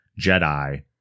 Jedi